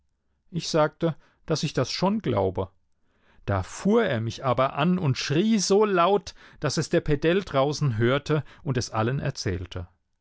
ich sagte daß ich das schon glaube da fuhr er mich aber an und schrie so laut daß es der pedell draußen hörte und es allen erzählte